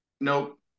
Nope